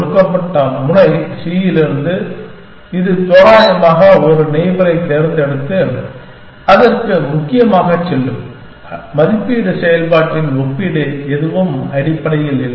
கொடுக்கப்பட்ட முனை c இலிருந்து இது தோராயமாக ஒரு நெய்பரைத் தேர்ந்தெடுத்து அதற்கு முக்கியமாகச் செல்லும் மதிப்பீட்டு செயல்பாட்டின் ஒப்பீடு எதுவும் அடிப்படையில் இல்லை